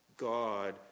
God